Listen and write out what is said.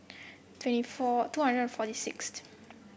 twenty four two hundred and forty sixth